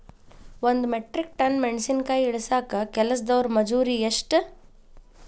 ಒಂದ್ metric tonne ಮೆಣಸಿನಕಾಯಿ ಇಳಸಾಕ್ ಕೆಲಸ್ದವರ ಮಜೂರಿ ಎಷ್ಟ?